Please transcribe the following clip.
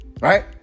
Right